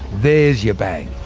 there's your bang!